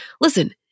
listen